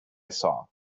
saw